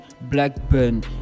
Blackburn